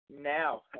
now